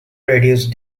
reduced